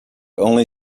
only